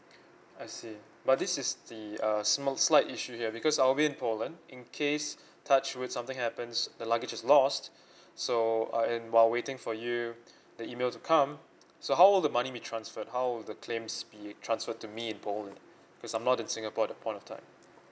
I see but this is the a small slight issue here because I'll be in poland in case touch wood something happens the luggage is lost so uh and while waiting for you the email to come so how would the money be transferred how would the claims be transferred to me in poland because I'm not in singapore at that point of time